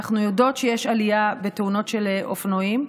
אנחנו יודעות שיש עלייה בתאונות של אופנועים.